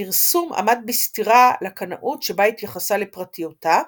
הפרסום עמד בסתירה לקנאות שבה התייחסה לפרטיותה,